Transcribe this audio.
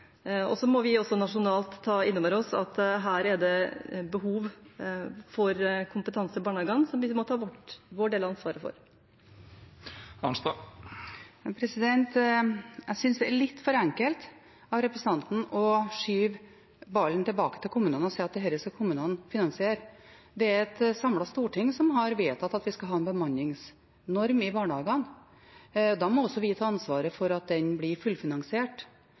Så må vi også nasjonalt ta innover oss at her er det behov for kompetanse i barnehagene som vi må ta vår del av ansvaret for. Jeg syns det er litt for enkelt av representanten Schytz å skyve ballen tilbake til kommunene og si at dette skal kommunene finansiere. Det er et samlet storting som har vedtatt at vi skal ha en bemanningsnorm i barnehagene. Da må vi også ta ansvaret for at den blir fullfinansiert.